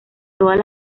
todas